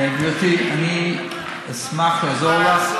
גברתי, אני אשמח לעזור לך.